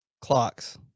clocks